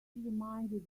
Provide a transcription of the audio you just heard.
reminded